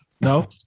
no